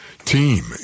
Team